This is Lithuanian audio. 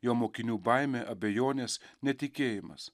jo mokinių baimė abejonės netikėjimas